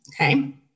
okay